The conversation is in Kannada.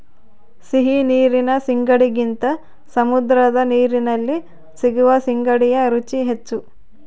ಸಿಹಿ ನೀರಿನ ಸೀಗಡಿಗಿಂತ ಸಮುದ್ರದ ನೀರಲ್ಲಿ ಸಿಗುವ ಸೀಗಡಿಯ ರುಚಿ ಹೆಚ್ಚು